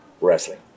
wrestling